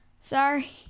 Sorry